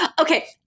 Okay